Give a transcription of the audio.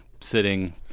sitting